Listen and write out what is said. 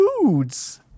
foods